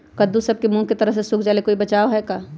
कददु सब के मुँह के तरह से सुख जाले कोई बचाव है का?